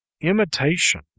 imitation